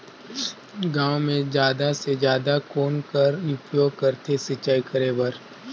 गांव म जादा से जादा कौन कर उपयोग करथे सिंचाई करे बर?